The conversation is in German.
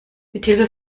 mithilfe